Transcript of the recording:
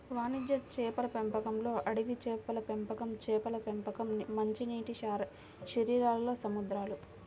వాణిజ్య చేపల పెంపకంలోఅడవి చేపల పెంపకంచేపల పెంపకం, మంచినీటిశరీరాల్లో సముద్రాలు